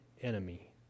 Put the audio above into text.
enemy